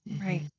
Right